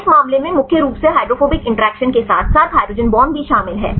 इस मामले में मुख्य रूप से हाइड्रोफोबिक इंट्रक्शंनस के साथ साथ हाइड्रोजन बांड भी शामिल हैं